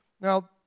now